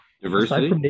diversity